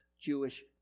Jewish